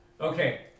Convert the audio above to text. Okay